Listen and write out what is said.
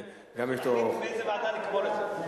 שיחליטו באיזו ועדה לקבור את זה.